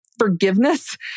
forgiveness